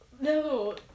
No